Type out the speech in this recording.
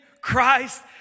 Christ